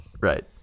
Right